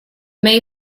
may